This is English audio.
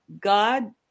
God